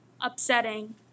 Upsetting